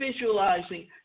visualizing